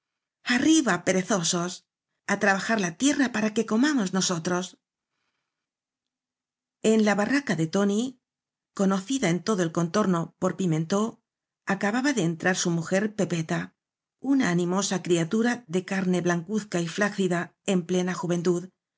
arriba perezosos a trabajar la tierra para que comamos nosotros en la barraca de tóni conocida en todo el contorno por pimentó acababa de entrar su mujer pepeta una ani mosa criatura de car ne blancuzca y flácida en plena